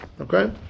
Okay